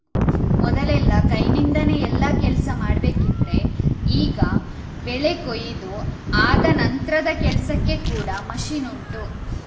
ಮೊದಲೆಲ್ಲ ಕೈನಿಂದಾನೆ ಎಲ್ಲಾ ಕೆಲ್ಸ ಮಾಡ್ಬೇಕಿದ್ರೆ ಈಗ ಬೆಳೆ ಕೊಯಿದು ಆದ ನಂತ್ರದ ಕೆಲ್ಸಕ್ಕೆ ಕೂಡಾ ಮಷೀನ್ ಉಂಟು